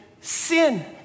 sin